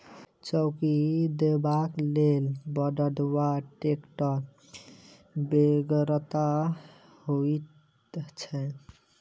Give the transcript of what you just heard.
चौकी देबाक लेल बड़द वा टेक्टरक बेगरता होइत छै